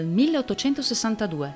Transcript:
1862